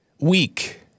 weak